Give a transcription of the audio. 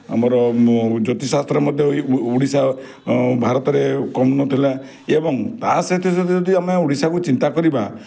ଆମର ଜ୍ୟୋତିଷ ଶାସ୍ତ୍ରରେ ମଧ୍ୟ ଓଡ଼ିଶା ଭାରତରେ କମ୍ ନଥିଲା ଏବଂ ତା' ସହିତ ଯଦି ଆମେ ଓଡ଼ିଶାକୁ ଚିନ୍ତା କରିବା